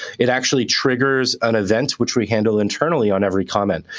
it actually triggers an event, which we handle internally on every comment.